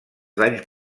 danys